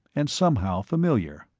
and somehow familiar.